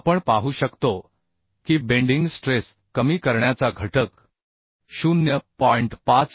आपण पाहू शकतो की बेंडिंग स्ट्रेस कमी करण्याचा घटक 0